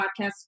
podcast